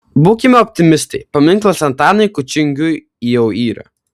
būkime optimistai paminklas antanui kučingiui jau yra